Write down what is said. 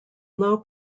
low